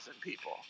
people